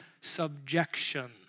subjection